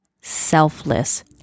selfless